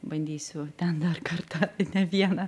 bandysiu ten dar kartą ne vieną